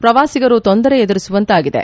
ಪ್ರವಾಸಿಗರು ತೊಂದರೆ ಎದುರಿಸುವಂತಾಗಿದೆ